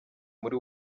muri